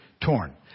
torn